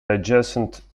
adjacent